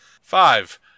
Five